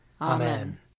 Amen